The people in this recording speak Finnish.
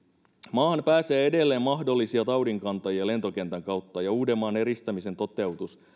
maahan pääsee edelleen mahdollisia taudinkantajia lentokentän kautta ja uudenmaan eristämisen toteutus